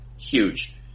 huge